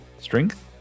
Strength